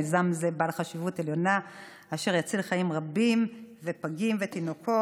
מיזם זה הוא בעל חשיבות עליונה ויציל חיים רבים של פגים ותינוקות.